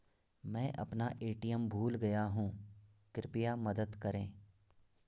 मैं अपना ए.टी.एम भूल गया हूँ, कृपया मदद करें